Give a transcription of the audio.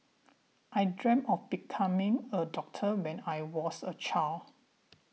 I dreamt of becoming a doctor when I was a child